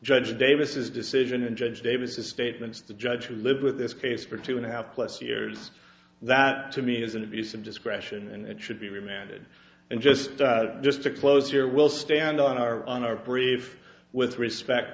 judge davis decision and judge davis statements the judge will live with this case for two and a half plus years that to me is an abuse of discretion and should be remanded and just just to close your will stand on our on our brief with respect